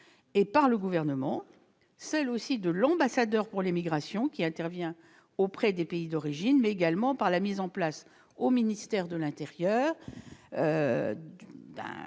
et le Gouvernement, mais aussi par l'ambassadeur des migrations, qui intervient auprès des pays d'origine, ainsi que par la mise en place au ministère de l'intérieur d'une